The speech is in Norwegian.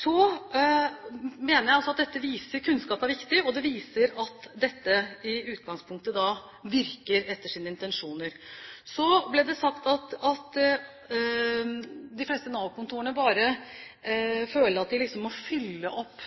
Så mener jeg at dette viser at kunnskap er viktig, og det viser at dette i utgangspunktet virker etter intensjonene. Det ble sagt at de fleste Nav-kontorene bare føler at de må fylle opp